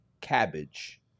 cabbage